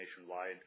nationwide